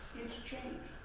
it's changed.